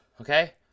okay